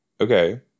Okay